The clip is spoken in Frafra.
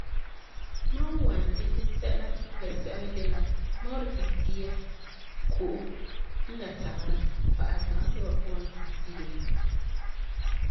Mam n wan dikɛ sɛla la sɛla de la, mam wan dikɛ dia, ko'om la tagera pa'asɛ tagesɛba puan to n pire la.